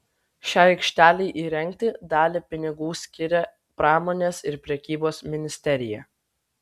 šiai aikštelei įrengti dalį pinigų skiria pramonės ir prekybos ministerija